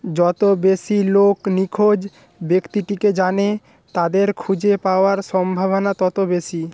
যত বেশি লোক নিখোঁজ ব্যক্তিটিকে জানে তাদের খুঁজে পাওয়ার সম্ভাবনা তত বেশি